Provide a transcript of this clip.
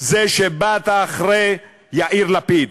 זה שבאת אחרי יאיר לפיד,